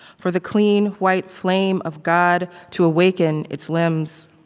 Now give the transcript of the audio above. for the clean white flame of god to awaken its limbs.